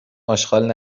آشغال